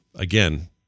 Again